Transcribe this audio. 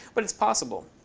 but it's possible.